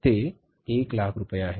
ते एक लाख रुपये आहे